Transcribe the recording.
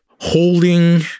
Holding